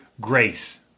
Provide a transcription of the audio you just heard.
grace